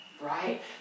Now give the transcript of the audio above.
right